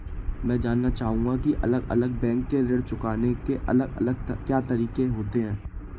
मैं जानना चाहूंगा की अलग अलग बैंक के ऋण चुकाने के अलग अलग क्या तरीके होते हैं?